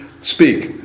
speak